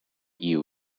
you